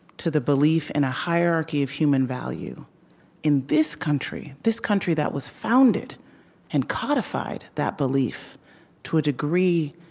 to the belief in a hierarchy of human value in this country, this country that was founded and codified that belief to a degree